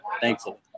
Thankful